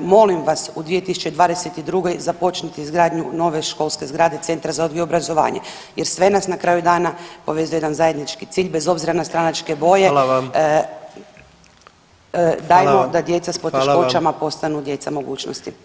molim vas, u 2022. započnite izgradnju nove školske zgrade Centar za odgoj i obrazovanje jer sve nas na kraju dana povezuje u jedan zajednički cilj, bez obzira na stranačke boje, [[Upadica: Hvala vam.]] dajmo [[Upadica: Hvala vam.]] da djeca s poteškoćama [[Upadica: Hvala vam.]] postanu djeca mogućnosti.